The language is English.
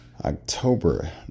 October